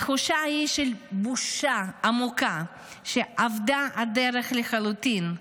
התחושה היא של בושה עמוקה, שאבדה הדרך לחלוטין.